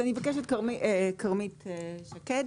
אני אבקש את כרמית שקד,